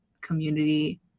community